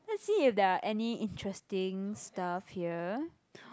let's see if there are any interesting stuff here